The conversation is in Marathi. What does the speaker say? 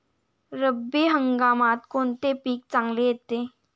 रब्बी हंगामात कोणते पीक चांगले येते?